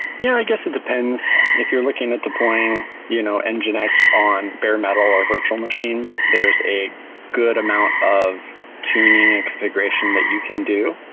yeah, i guess it depends. if you're looking at deploying you know and nginx on bare-metal or virtual machines, there is a good amount of tuning and configuration that you can do,